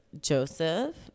Joseph